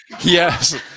Yes